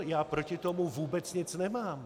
Já proti tomu vůbec nic nemám.